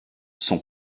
son